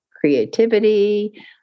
creativity